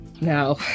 no